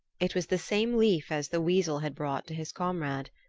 it was the same leaf as the weasel had brought to his comrade.